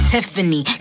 Tiffany